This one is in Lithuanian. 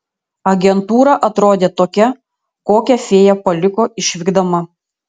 agentūra atrodė tokia kokią fėja paliko išvykdama